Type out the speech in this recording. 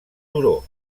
turó